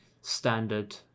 standard